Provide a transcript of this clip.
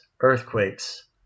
earthquakes